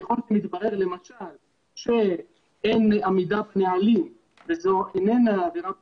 ככל שמתברר למשל שאין עמידה בנוהלים וזו איננה עבירה פלילית,